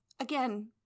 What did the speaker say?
again